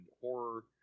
horror